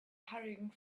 hurrying